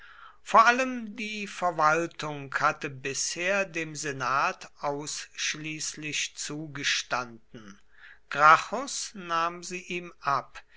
vor allem die verwaltung hatte bisher dem senat ausschließlich zugestanden gracchus nahm sie ihm ab